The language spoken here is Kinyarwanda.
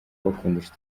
kubakundisha